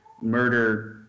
murder